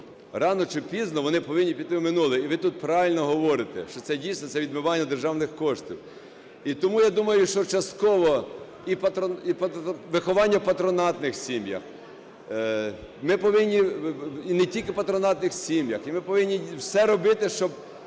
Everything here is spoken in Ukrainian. Рано чи пізно вони повинні піти у минуле, і ви тут правильно говорите, що це дійсно, це відмивання державних коштів. І тому я думаю, що частково і виховання в патронатних сім'ях… Ми повинні… І не тільки в патронатних сім'ях… І ми повинні все робити, щоб